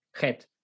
head